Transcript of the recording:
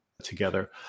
together